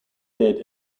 bed